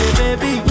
baby